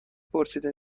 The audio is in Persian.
پرسیده